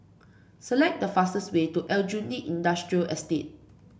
select the fastest way to Aljunied Industrial Estate